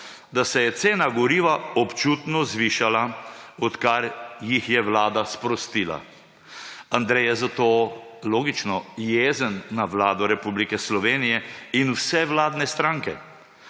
da se je cena goriva občutno zvišala, odkar jih je vlada sprostila. Andrej je zato, logično, jezen na Vlado Republike Slovenije in vse vladne stranke.